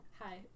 hi